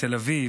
בתל אביב,